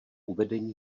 uvedení